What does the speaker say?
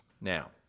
Now